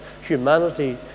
humanity